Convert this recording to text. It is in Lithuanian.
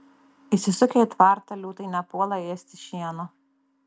įsisukę į tvartą liūtai nepuola ėsti šieno